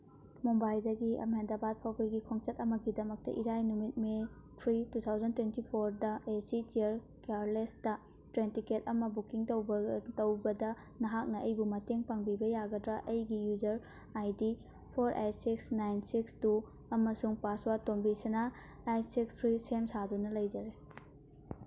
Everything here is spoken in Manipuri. ꯃꯨꯝꯕꯥꯏꯗꯒꯤ ꯑꯍꯃꯦꯗꯕꯥꯠ ꯐꯥꯎꯕꯒꯤ ꯈꯣꯡꯆꯠ ꯑꯃꯒꯤꯗꯃꯛꯇ ꯏꯔꯥꯏ ꯅꯨꯃꯤꯠ May three two thousand twenty ꯐꯣꯔꯗ ꯑꯦ ꯁꯤ ꯆꯤꯌꯔ ꯀꯤꯌꯔꯂꯦꯁꯇ ꯇ꯭ꯔꯦꯟ ꯇꯤꯛꯀꯦꯠ ꯑꯃ ꯕꯨꯛꯀꯤꯡ ꯇꯧꯕꯗ ꯅꯍꯥꯛꯅ ꯑꯩꯕꯨ ꯃꯇꯦꯡ ꯄꯥꯡꯕꯤꯕ ꯌꯥꯒꯗ꯭ꯔ ꯑꯩꯒꯤ user I D four eight six nine six two ꯑꯃꯁꯨꯡ ꯄꯥꯁꯋꯥꯠ ꯇꯣꯝꯕꯤꯁꯅꯥ ꯑꯥꯏꯠ ꯁꯤꯛꯁ ꯊ꯭ꯔꯤ ꯁꯦꯝ ꯁꯥꯗꯨꯅ ꯂꯩꯖꯔꯦ